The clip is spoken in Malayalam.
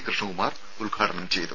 കൃഷ്ണകുമാർ ഉദ്ഘാടനം ചെയ്തു